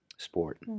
sport